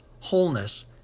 wholeness